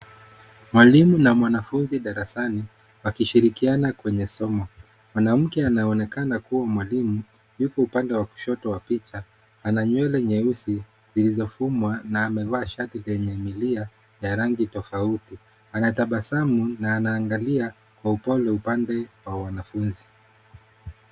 Mwalimu na mwanafunzi darasani wakishirikiana kwenye somo. Mwanamke anayeonekana kuwa mwalimu yuko upande wa kushoto mwa picha. Ana nywele nyeusi zilizo fumwa na amevaa shati lenye milia ya rangi tofauti. Anatabasamu na anaangalia kwa upole upande wa wanafunzi.